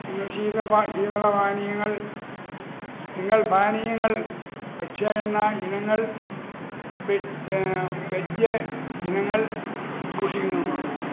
നിങ്ങൾ ശീത ശീതള പാനീയങ്ങൾ നിങ്ങൾ പാനീയങ്ങൾ ഭക്ഷ്യ എണ്ണ ഇനങ്ങൾ വെ വെജ് ഇനങ്ങൾ സൂക്ഷിക്കുന്നുണ്ടോ